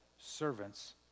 servants